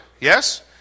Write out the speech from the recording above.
Yes